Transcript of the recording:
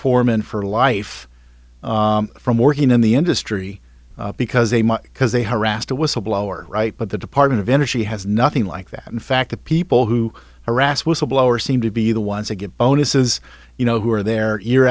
foreman for life from working in the industry because they might because they harassed a whistleblower right but the department of energy has nothing like that in fact the people who are asked whistleblowers seem to be the ones that get bonuses you know who are there year